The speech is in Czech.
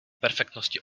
perfektnosti